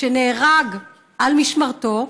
שנהרג על משמרתו,